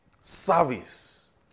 Service